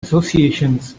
associations